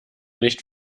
nicht